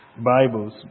Bibles